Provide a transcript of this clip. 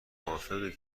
موافقی